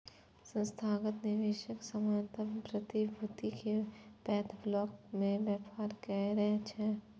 संस्थागत निवेशक सामान्यतः प्रतिभूति के पैघ ब्लॉक मे व्यापार करै छै